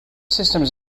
systems